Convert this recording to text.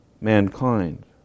mankind